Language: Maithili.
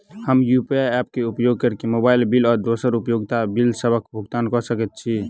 हम यू.पी.आई ऐप क उपयोग करके मोबाइल बिल आ दोसर उपयोगिता बिलसबक भुगतान कर सकइत छि